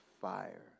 fire